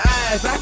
eyes